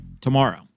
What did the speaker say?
tomorrow